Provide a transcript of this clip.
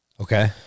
Okay